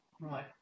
Right